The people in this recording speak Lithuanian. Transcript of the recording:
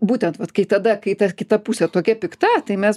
būtent vat kai tada kai ta kita pusė tokia pikta tai mes